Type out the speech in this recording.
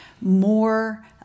more